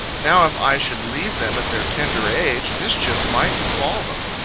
now, if i should leave them at their tender age, mischief might befall them.